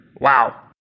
Wow